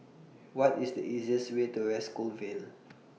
What IS The easiest Way to West Coast Vale